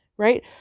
Right